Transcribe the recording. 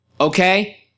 Okay